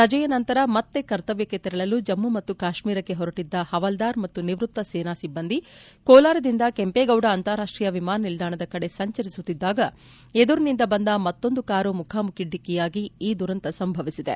ರಜೆಯ ನಂತರ ಮತ್ತೆ ಕರ್ತವ್ಯಕ್ಕೆ ತೆರಳಲು ಜಮ್ಮ ಮತ್ತು ಕಾಶ್ಮೀರಕ್ಕೆ ಹೊರಟಿದ್ದ ಹವಾಲ್ವಾರ್ ಮತ್ತು ನಿವೃತ್ತ ಸೇನಾ ಸಿಬ್ಬಂದಿ ಕೋಲಾರದಿಂದ ಕೆಂಪೇಗೌಡ ಅಂತಾರಾಷ್ಷೀಯ ವಿಮಾನ ನಿಲ್ವಾಣದ ಕಡೆ ಸಂಚರಿಸುತ್ತಿದ್ದಾಗ ಎದುರಿನಿಂದ ಬಂದ ಮತ್ತೊಂದು ಕಾರು ಮುಖಾಮುಖಿ ಡಿಕ್ಕಿಯಾಗಿ ಈ ದುರಂತ ಸಂಭವಿಸಿದೆ